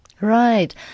Right